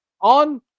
on